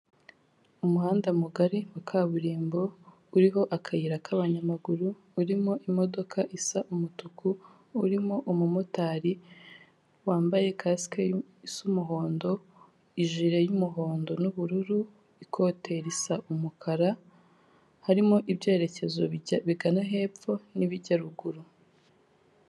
Umuhanda mugari wa kaburimbo uriho akayira k'abanyamaguru. Urimo imodoka isa umutuku, urimo umumotari wambaye casike isa umuhondo, ijile y'umuhondo n'ubururu, ikote risa umukara. Harimo ibyerekezo bigana hepfo n'ibijyaruguru.